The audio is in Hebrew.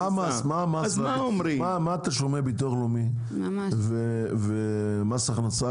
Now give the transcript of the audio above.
מה הם תשלומי ביטוח לאומי ומס הכנסה,